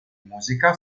musica